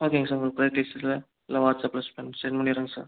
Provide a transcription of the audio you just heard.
ஓகேங்க சார் உங்களுக்கு எல்லாம் வாட்ஸப்பில் சென் சென்ட் பண்ணிவிடுறேங்க சார்